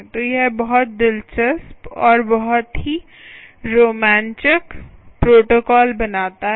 तो यह बहुत दिलचस्प और बहुत ही रोमांचक प्रोटोकॉल बनाता है